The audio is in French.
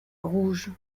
rouges